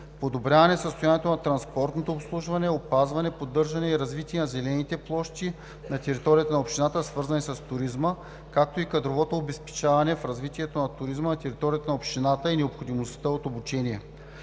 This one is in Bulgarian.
подобряване състоянието на транспортното обслужване; опазване, поддържане и развитие на зелените площи на територията на общината, свързани с туризма; както и кадровото обезпечаване в развитието на туризма на територията на общината и необходимостта от обучение.